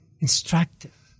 instructive